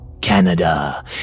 Canada